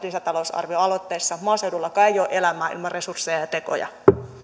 lisätalousarvioaloitteissa maaseudullakaan ei ole elämää ilman resursseja ja tekoja